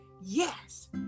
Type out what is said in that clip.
Yes